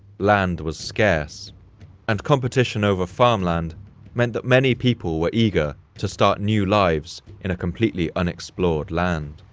land was scarce and competition over farmland meant that many people were eager to start new lives in a completely unexplored land.